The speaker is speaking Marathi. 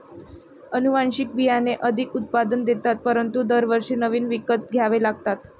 अनुवांशिक बियाणे अधिक उत्पादन देतात परंतु दरवर्षी नवीन विकत घ्यावे लागतात